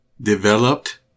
Developed